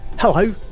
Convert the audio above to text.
Hello